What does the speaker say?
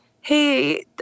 Hey